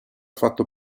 fatto